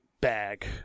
bag